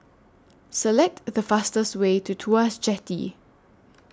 Select The fastest Way to Tuas Jetty